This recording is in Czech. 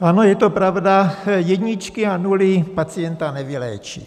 Ano, je to pravda, jedničky a nuly pacienta nevyléčí.